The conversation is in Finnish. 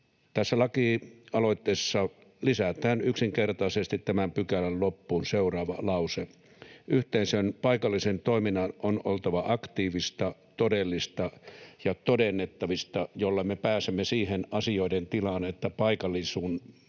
Tässä lakialoitteessa lisätään yksinkertaisesti tämän pykälän loppuun lause ”yhteisön paikallisen toiminnan on oltava aktiivista, todellista ja todennettavissa”, jolloin me pääsemme siihen asioiden tilaan, että paikalliset